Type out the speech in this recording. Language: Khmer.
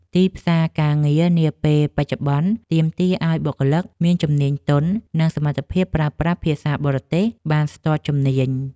ទីផ្សារការងារនាពេលបច្ចុប្បន្នទាមទារឱ្យបុគ្គលិកមានជំនាញទន់ និងសមត្ថភាពប្រើប្រាស់ភាសាបរទេសបានស្ទាត់ជំនាញ។